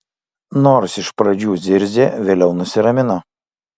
nors iš pradžių zirzė vėliau nusiramino